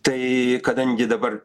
tai kadangi dabar